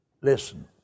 Listen